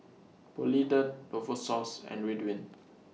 Polident Novosource and Ridwind